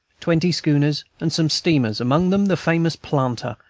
twenty schooners, and some steamers, among them the famous planter,